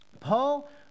Paul